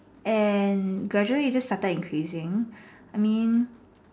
and gradually it just started increasing I mean